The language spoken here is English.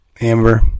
Amber